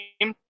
game